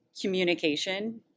communication